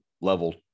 level